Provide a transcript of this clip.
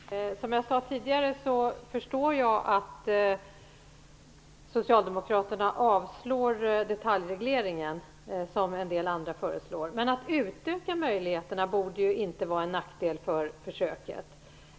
Fru talman! Som jag sade tidigare förstår jag att Socialdemokraterna vill avslå detaljregleringen, som en del andra föreslår. Men att utöka möjligheterna borde ju inte vara en nackdel för försöket.